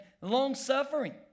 long-suffering